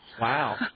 Wow